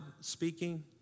speaking